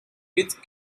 with